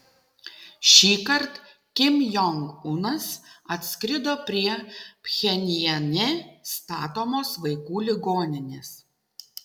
šįkart kim jong unas atskrido prie pchenjane statomos vaikų ligoninės